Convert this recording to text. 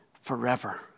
forever